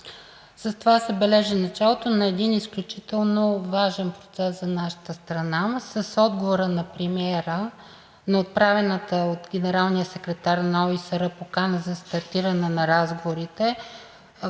С това се бележи началото на един изключително важен процес за нашата страна. С отговора на премиера на отправената от Генералния секретар на ОИСР покана за стартиране на разговорите